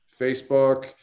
Facebook